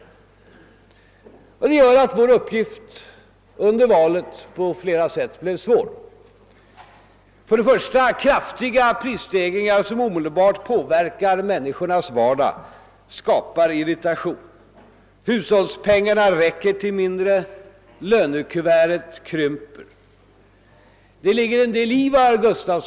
Detta gjorde att vår uppgift under valet på flera sätt blev svår. För det första var det fråga om kraftiga prisstegringar, vilka omedelbart påverkar människornas vardag och skapar irritation. Hushållspengarna räcker till mindre, lönekuveriens innehåll krymper. Det ligger en del i vad herr Gustafson.